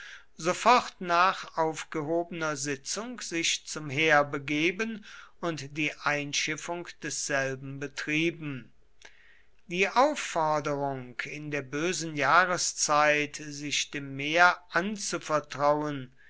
sofort nach aufgehobener sitzung sich zum heer begeben und die einschiffung desselben betrieben die aufforderung in der bösen jahreszeit sich dem meer anzuvertrauen